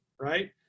right